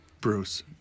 bruce